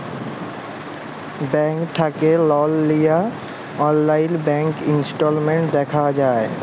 bank থ্যাকে লল লিয়া হ্যয় অললাইল ব্যাংক ইসট্যাটমেল্ট দ্যাখা যায়